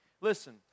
Listen